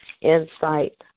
insight